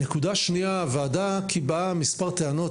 נקודה שנייה הוועדה קיבלה מספר טענות,